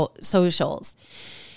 socials